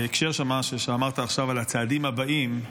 בהקשר של מה שאמרת עכשיו על הצעדים הבאים,